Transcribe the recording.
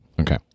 Okay